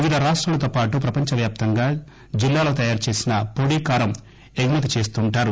వివిధ రాష్టాలతో పాటు ప్రపంచవ్యాప్తంగా జిల్లాలో తయారుచేసిన పొడి కారం ఎగుమతి చేస్తుంటారు